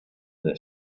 their